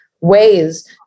ways